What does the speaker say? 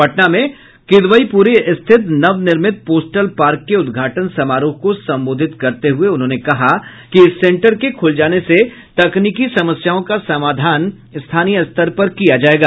पटना में किदवईपुरी स्थित नवनिर्मित पोस्टल पार्क के उद्घाटन समारोह को संबोधित करते हुये उन्होंने कहा कि इस सेंटर के खुल जाने से तकनीकी समस्याओं का समाधान स्थानीय स्तर पर किया जायेगा